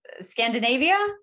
Scandinavia